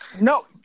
no